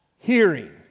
hearing